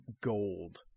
gold